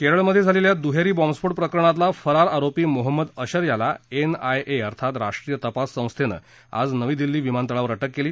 केरळमध्ये झालेल्या दुहेरी बॉम्बस्फोट प्रकरणातला फरार आरोपी मोहम्मद अशर याला एन आय ए अर्थात राष्ट्रीय तपास संस्थेनं आज नवी दिल्ली विमानतळावर अटक केली